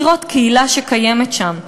לראות קהילה שקיימת שם,